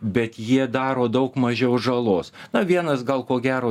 bet jie daro daug mažiau žalos na vienas gal ko gero